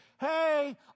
hey